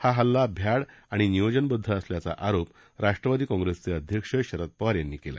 हा हल्ला भ्याड आणि नियोजनबद्ध असल्याचा आरोप राष्ट्रवादी काँग्रेसचे अध्यक्ष शरद पवार यांनी केला